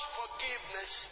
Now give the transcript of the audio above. forgiveness